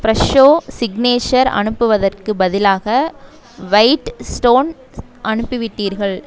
Fresho signature அனுப்புவதற்குப் பதிலாக white stone அனுப்பிவிட்டீர்கள்